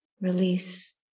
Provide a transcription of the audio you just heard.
release